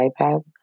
iPads